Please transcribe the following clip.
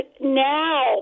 now